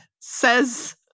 says